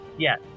Yes